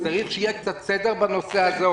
צריך שיהיה קצת סדר בנושא הזה,